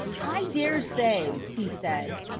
i daresay he said.